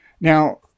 Now